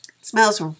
Smells